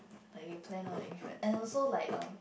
like they plan all the and also like um